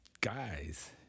guys